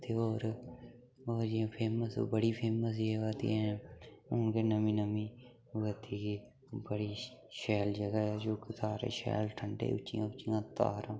ते ते होर होर जि'यां फेमस बड़ी फेमस जगह् बी हैन हून जेह्की नमीं नमीं होआ 'रदी ही बड़ी शैल जगह् ऐ जो की सारे शैल ठंडे उच्चियां उच्चियां धारां